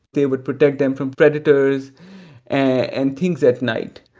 they would protect them from predators and things at night.